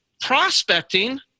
prospecting